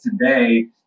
today